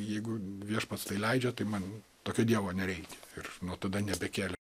jeigu viešpats tai leidžia tai man tokio dievo nereikia ir nuo tada nebekėlė